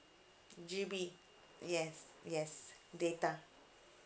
G_B yes yes data